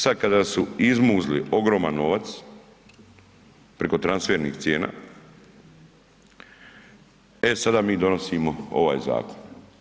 Sad kada su izmuzli ogroman novac, preko transfernih cijena, e sada mi donosimo ovaj zakon.